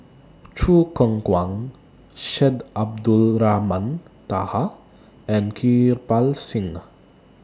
Choo Keng Kwang Syed Abdulrahman Taha and Kirpal Singh